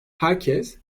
herkes